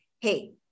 hey